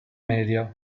media